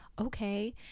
okay